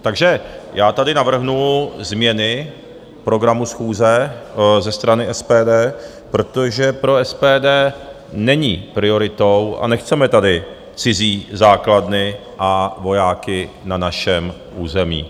Takže já tady navrhnu změny programu schůze ze strany SPD, protože pro SPD není prioritou a nechceme tady cizí základny a vojáky na našem území.